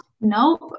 Nope